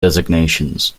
designations